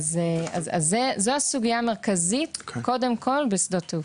זו הסוגיה המרכזית קודם כול בשדות תעופה.